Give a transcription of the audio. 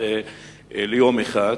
יום אחד?